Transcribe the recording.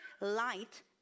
Light